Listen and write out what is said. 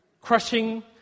crushing